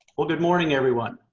well good morning, everyone.